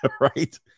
right